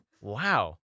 Wow